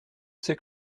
c’est